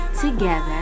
together